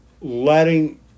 letting